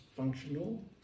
Functional